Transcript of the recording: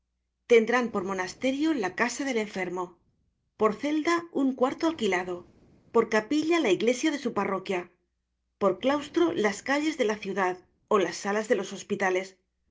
tendrán por monasterio la casa del enfermo por celda un cuarto alquilado por capilla la iglesia de su parroquia por claustro las calles de la ciudad ó las salas de los hospitales